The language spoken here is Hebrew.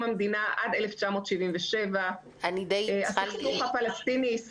המדינה עד 1977. הסכסוך הפלסטיני-ישראלי,